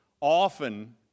Often